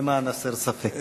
למען הסר ספק.